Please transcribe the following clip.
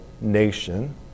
nation